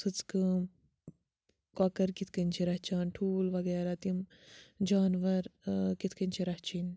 سٕژ کٲم کۄکَر کِتھ کٔنۍ چھِ رَچھان ٹھوٗل وَغیرہ تِم جانوَر کِتھ کٔنۍ چھِ رَچھٕنۍ